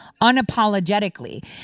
unapologetically